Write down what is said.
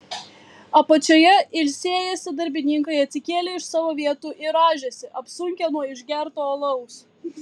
apačioje ilsėjęsi darbininkai atsikėlė iš savo vietų ir rąžėsi apsunkę nuo išgerto alaus